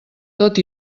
tot